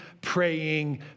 praying